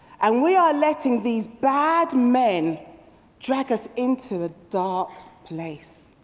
and we are letting these bad men drag us into a dark place.